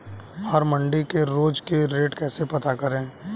हम मंडी के रोज के रेट कैसे पता करें?